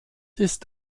ist